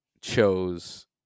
chose